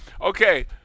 Okay